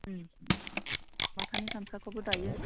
माथानि गामसाखौबो दायो